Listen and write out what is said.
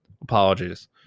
Apologies